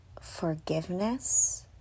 forgiveness